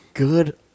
Good